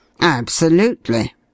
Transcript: Absolutely